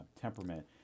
temperament